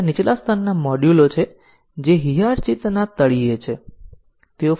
અમારે અમારા ટેસ્ટીંગ ના કેસોને વધારવાની જરૂર છે વધારાના ટેસ્ટીંગ કેસો ઉમેરો જ્યાં સુધી આપણે રજૂ કરેલી ભૂલ પકડાઈ ન જાય